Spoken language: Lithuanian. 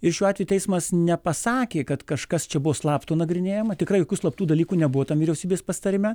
ir šiuo atveju teismas nepasakė kad kažkas čia buvo slapto nagrinėjama tikrai jokių slaptų dalykų nebuvo tam vyriausybės pasitarime